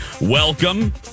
Welcome